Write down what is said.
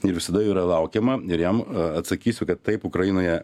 ir visada jo yra laukiama ir jam atsakysiu kad taip ukrainoje